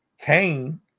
Cain